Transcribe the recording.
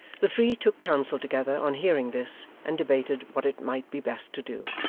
the three took counsel together, on hearing this, and debated what it might be best to do.